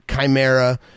chimera